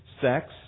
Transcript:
sex